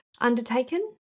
undertaken